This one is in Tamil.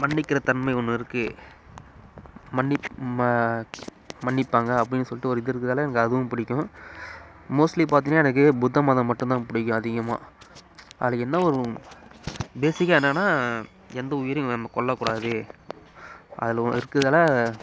மன்னிக்கிற தன்மை ஒன்று இருக்குது மன்னி ம மன்னிப்பாங்க அப்படின்னு சொல்லிட்டு ஒரு இது இருக்கிறதால எனக்கு அதுவும் பிடிக்கும் மோஸ்ட்லி பார்த்திங்கன்னா எனக்கு புத்தமதம் மட்டும்தான் பிடிக்கும் அதிகமாக அதில் என்ன ஒரு பேசிக்காக என்னான்னா எந்த உயிரையும் நம்ம கொல்லக்கூடாது அதில் ஒன்று இருக்குறதால